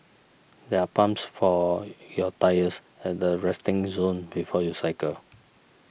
there are pumps for your tyres at the resting zone before you cycle